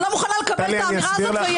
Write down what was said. אני לא מוכנה לקבל את האמירה הזאת,